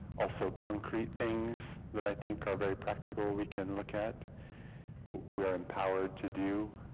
also concrete things that i think are very practical we can look at we are empowered to do